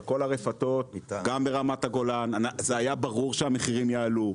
זה היה ברור שהמחירים יעלו.